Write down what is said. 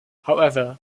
however